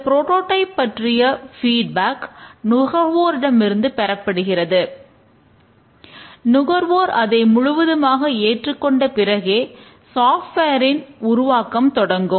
prototype model இன் உருவாக்கம் தொடங்கும்